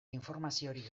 informaziorik